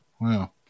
Wow